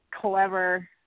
clever